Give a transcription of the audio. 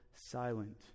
silent